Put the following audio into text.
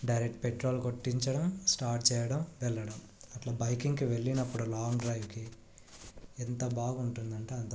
direct petrol కొట్టించడం start చేయడం వెళ్ళడం అట్ల బైకింగ్కి వెళ్ళినప్పుడు లాంగ్ డ్రైవ్కి ఎంత బాగుంటుంది అంటే అంత బాగుంటుంది